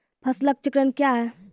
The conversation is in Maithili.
फसल चक्रण कया हैं?